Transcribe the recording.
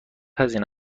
هزینه